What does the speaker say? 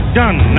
done